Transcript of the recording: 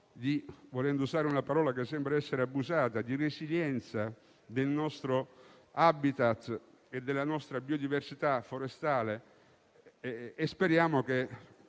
abusata - del nostro *habitat* e della nostra biodiversità forestale. Speriamo che